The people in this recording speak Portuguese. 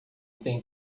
tem